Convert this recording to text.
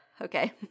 Okay